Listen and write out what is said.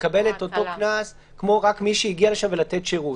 בעל האירוע מקבל את אותו קנס כמו רק מי שהגיע לשם לתת שירות.